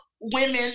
women